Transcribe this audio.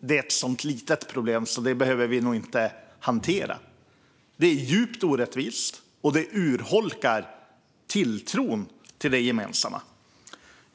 "Det är ett så litet problem, så det behöver vi nog inte hantera." Det är djupt orättvist, och det urholkar tilltron till det gemensamma.